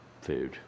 food